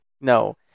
no